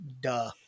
Duh